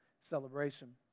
celebration